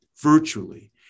virtually